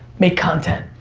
make content.